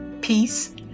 peace